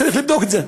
צריך לבדוק את זה.